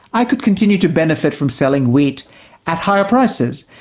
i could continue to benefit from selling wheat at higher prices.